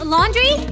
Laundry